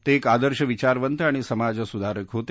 ते एक आदर्श विचारवंत आणि समाजसुधारक होते